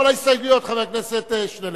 כל ההסתייגויות, חבר הכנסת שנלר.